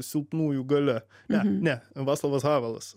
silpnųjų galia ne ne vaclavas havelas